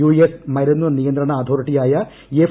US മരുന്ന് നിയന്ത്രണ അതോറിറ്റിയായ എഫ്